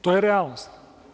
To je realnost.